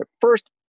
first